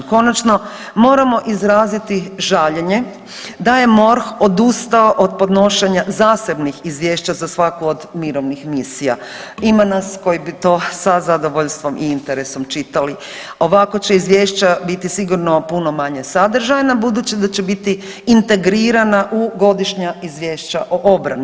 Konačno, moramo izraziti žaljenje da je MORH odustao od podnošenja zasebnih izvješća za svaku od mirovnih misija, ima nas koji bi to sa zadovoljstvom i interesom čitali, ovako će izvješća biti sigurno puno manje sadržajna budući da će biti integrirana u godišnja izvješća o obrani.